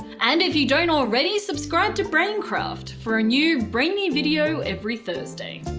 and if you don't already subscribe to braincraft! for a new, brainy video every thursday.